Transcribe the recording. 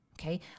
Okay